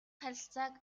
харилцааг